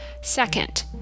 Second